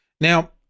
Now